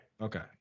Okay